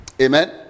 amen